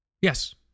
Yes